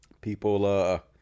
People